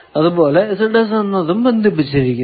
അതുപോലെ എന്നതും ബന്ധിപ്പിച്ചിരിക്കുന്നു